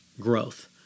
growth